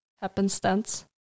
happenstance